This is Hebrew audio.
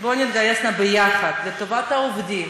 בואו נתגייס נא יחד לטובת העובדים,